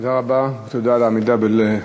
מאה אחוז.